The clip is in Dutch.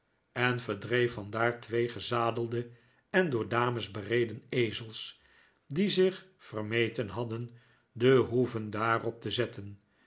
en verdreef van daar twee gezadelde en door dames bereden ezels die zich vermeten hadden de hoeven daarop te zetten